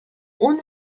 اون